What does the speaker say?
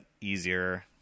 easier